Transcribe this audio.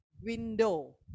window